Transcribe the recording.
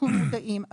אנחנו מודעים,